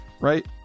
right